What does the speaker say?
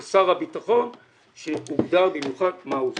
זה שר הביטחון שהוגדר במיוחד מה הוא עושה.